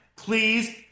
Please